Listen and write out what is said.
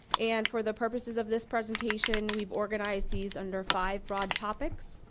and for the purposes of this presentation, we have organized these under five broad topics.